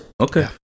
Okay